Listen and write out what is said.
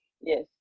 Yes